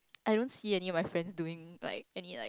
I don't see any of my friend doing like any like